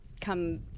come